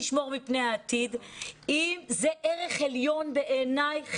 חינוך הוא ערך עליון בעיניי.